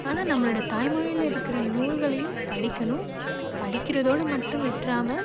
ஆனால் நம்மளோடய தாய்மொழியில் இருக்கின்ற நூல்களையும் படிக்கணும் படிக்கிறதோடு மட்டும் விட்டுறாம